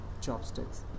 chopsticks